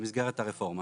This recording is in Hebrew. במסגרת הרפורמה.